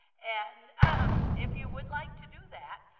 and if you would like to do that,